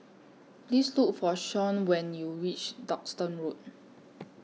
Please Look For Shon when YOU REACH Duxton Road